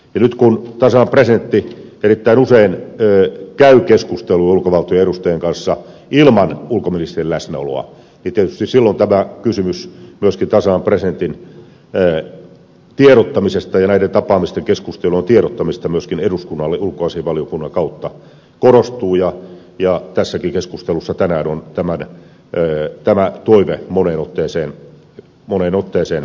nyt kun tasavallan presidentti erittäin usein käy keskustelua ulkovaltojen edustajien kanssa ilman ulkoministerin läsnäoloa niin tietysti silloin tämä kysymys myöskin tasavallan presidentin tiedottamisesta ja näiden tapaamisten keskustelujen tiedottamisesta myöskin eduskunnalle ulkoasiainvaliokunnan kautta korostuu ja tässäkin keskustelussa tänään on tämä toive moneen otteeseen esitetty